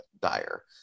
dire